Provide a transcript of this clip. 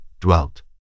dwelt